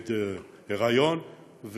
נגד היריון,